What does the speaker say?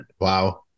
Wow